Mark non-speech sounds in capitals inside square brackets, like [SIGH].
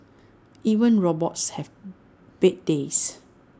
even robots have [NOISE] bad days